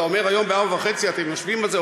אתה אומר שהיום ב-16:30 אתם יושבים על זה,